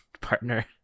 partner